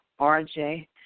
RJ